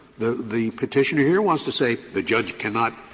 the the petitioner here wants to say, the judge cannot